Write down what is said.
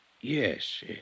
Yes